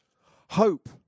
Hope